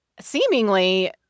Seemingly